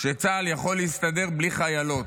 שצה"ל יכול להסתדר בלי חיילות.